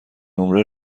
نمره